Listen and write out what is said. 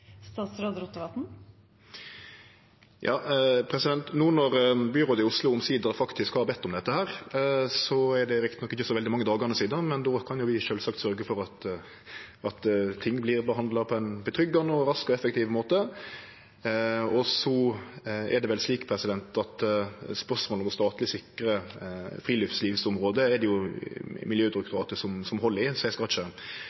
No når byrådet i Oslo omsider faktisk har bedt om dette – det er rett nok ikkje så veldig mange dagane sidan – kan vi sjølvsagt sørgje for at ting vert behandla på ein trygg, rask og effektiv måte. Spørsmålet om statleg sikra friluftslivsområde er det Miljødirektoratet som held i, så eg skal ikkje forskottere behandlinga der. Men det